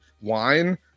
wine